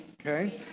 okay